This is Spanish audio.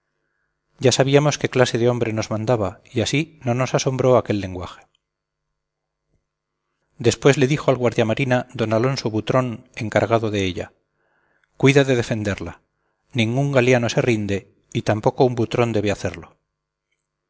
ya sabíamos qué clase de hombre nos mandaba y así no nos asombró aquel lenguaje después le dijo al guardia marina d alonso butrón encargado de ella cuida de defenderla ningún galiano se rinde y tampoco un butrón debe hacerlo